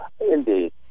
Indeed